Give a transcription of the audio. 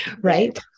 right